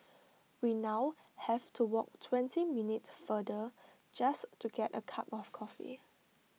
we now have to walk twenty minutes farther just to get A cup of coffee